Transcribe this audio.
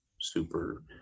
super